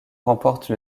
remporte